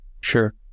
sure